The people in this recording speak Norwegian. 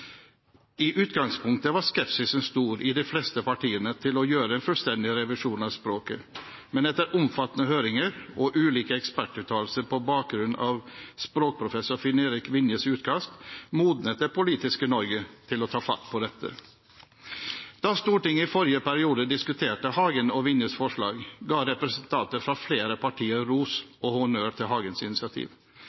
I utgangspunktet var skepsisen stor i de fleste partiene til å gjøre en fullstendig revisjon av språket. Men etter omfattende høringer og ulike ekspertuttalelser på bakgrunn av språkprofessor Finn-Erik Vinjes utkast modnet det politiske Norge til å ta fatt på dette. Da Stortinget i forrige periode diskuterte Hagens og Vinjes forslag, ga representanter fra flere partier ros og honnør til Hagens initiativ.